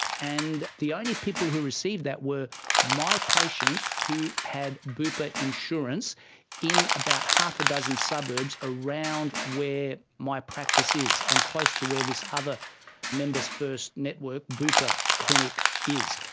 and the only people who received that were my patients who had bupa insurance in about half a dozen suburbs around where my practice is and close to where this other members first network bupa clinic is,